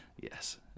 Yes